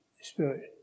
spirit